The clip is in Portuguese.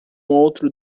outro